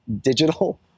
digital